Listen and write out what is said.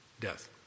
death